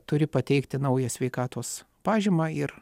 turi pateikti naują sveikatos pažymą ir